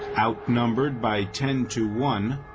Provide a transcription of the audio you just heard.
outnumbered by ten to one,